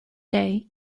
day